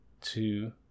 two